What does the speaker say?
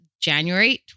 January